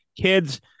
kids